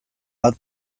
bat